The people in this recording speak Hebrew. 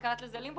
את קראת לזה לימבו,